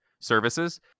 services